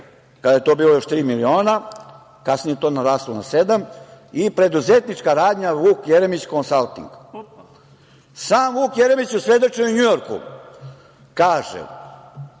kada je to bilo još tri miliona, kasnije je to naraslo na sedam, i preduzetnička radnja „Vuk Jeremić konsalting“.Sam Vuk Jeremić u svedočenju u Njujorku kaže